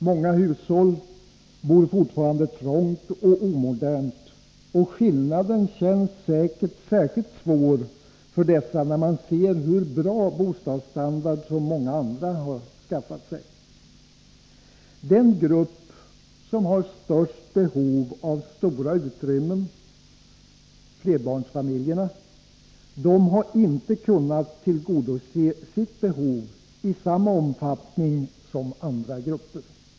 Många människor bor fortfarande trångt och omodernt, och skillnaderna känns särskilt svåra när man ser hur bra bostadsstandard många andra skaffat sig. Den grupp som har det största behovet av stora utrymmen, flerbarnsfamiljerna, har inte kunnat tillgodose sina behov i samma omfattning som andra grupper.